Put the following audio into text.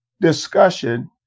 discussion